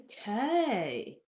okay